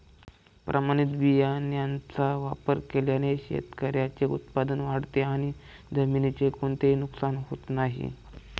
प्रमाणित बियाण्यांचा वापर केल्याने शेतकऱ्याचे उत्पादन वाढते आणि जमिनीचे कोणतेही नुकसान होत नाही